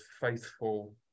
faithful